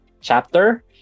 chapter